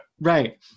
Right